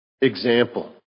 example